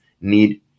need